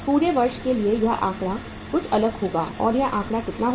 पूरे वर्ष के लिए यह आंकड़ा कुछ अलग होगा और यह आंकड़ा कितना होगा